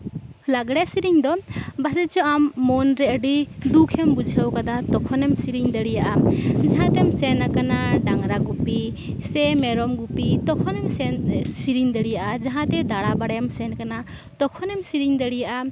ᱞᱟᱜᱽᱬᱮ ᱥᱤᱨᱤᱧ ᱫᱚ ᱯᱟᱥᱮᱡ ᱪᱚ ᱟᱢ ᱢᱚᱱ ᱨᱮ ᱟᱹᱰᱤ ᱫᱩᱠᱷᱮᱢ ᱵᱩᱡᱷᱟᱹᱣᱟᱠᱟᱫᱟ ᱛᱚᱠᱷᱮᱢ ᱥᱤᱨᱤᱧ ᱫᱟᱲᱮᱭᱟᱜᱼᱟ ᱟᱨ ᱡᱟᱦᱟᱸᱛᱮᱢ ᱥᱮᱱᱟᱠᱟᱱᱟ ᱰᱟᱝᱨᱟ ᱜᱩᱯᱤ ᱥᱮ ᱢᱮᱨᱚᱢ ᱜᱩᱯᱤ ᱛᱚᱠᱷᱚᱱ ᱦᱚᱸᱢ ᱥᱤᱨᱤᱧ ᱥᱤᱨᱤᱧ ᱫᱟᱲᱤᱭᱟᱜᱼᱟ ᱡᱟᱦᱟᱸᱜᱮ ᱫᱟᱬᱟ ᱵᱟᱲᱟᱭᱮᱢ ᱥᱮᱱᱟᱠᱟᱱᱟ ᱛᱚᱠᱷᱚᱱ ᱦᱚᱸᱢ ᱥᱤᱨᱤᱧ ᱫᱟᱲᱤᱭᱟᱜᱼᱟ